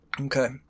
Okay